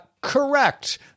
correct